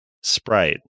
Sprite